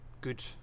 good